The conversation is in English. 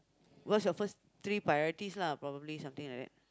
what's your first three priorities lah probably something like that